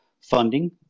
funding